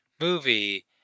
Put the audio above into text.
Movie